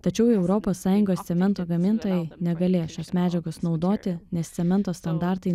tačiau europos sąjungos cemento gamintojai negalės šios medžiagos naudoti nes cemento standartai